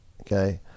Okay